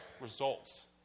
results